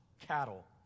cattle